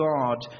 God